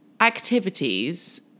activities